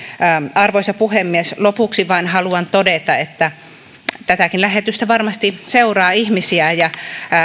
arvoisa puhemies lopuksi vain haluan todeta että tätäkin lähetystä varmasti seuraa ihmisiä ja